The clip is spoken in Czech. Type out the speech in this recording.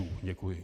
Děkuji.